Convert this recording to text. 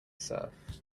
surf